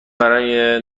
برای